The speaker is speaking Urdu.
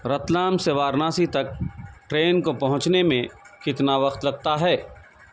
رتلام سے وارناسی تک ٹرین کو پہنچنے میں کتنا وقت لگتا ہے